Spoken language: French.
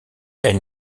elle